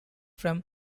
from